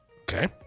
Okay